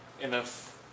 enough